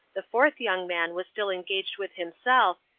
the fourth young man was still engaged with himself,